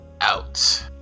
out